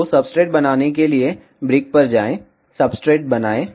तो सब्सट्रेट बनाने के लिए ब्रिक पर जाएं सब्सट्रेट बनाएं